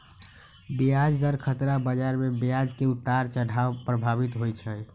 ब्याज दर खतरा बजार में ब्याज के उतार चढ़ाव प्रभावित होइ छइ